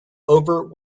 over